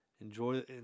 Enjoy